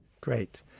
Great